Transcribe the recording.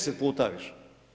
10 puta više.